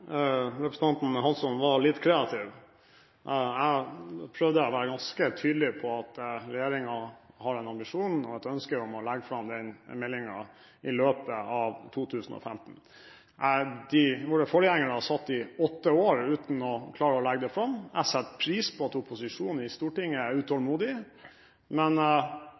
representanten Hansson var litt kreativ. Jeg prøvde å være ganske tydelig på at regjeringen har en ambisjon og et ønske om å legge fram den meldingen i løpet av 2015. Våre forgjengere satt i åtte år uten å klare å legge den fram. Jeg setter pris på at opposisjonen i Stortinget er utålmodig. Jeg kunne ha lagt fram en melding på kort tid, men